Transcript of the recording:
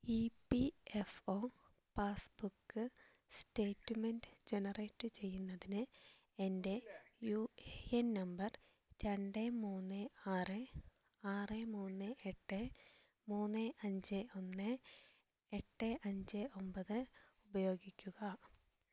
E P F O passbook statement ജനറേറ്റുചെയ്യുന്നതിന് എന്റെ U A N number രണ്ട് മൂന്ന് ആറ് ആറ് മൂന്ന് എട്ട് മൂന്ന് അഞ്ച് ഒന്ന് എട്ട് അഞ്ച് ഒമ്പത് ഉപയോഗിക്കുക